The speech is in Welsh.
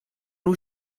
nhw